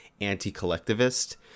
anti-collectivist